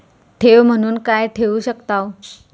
ठेव म्हणून काय ठेवू शकताव?